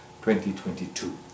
2022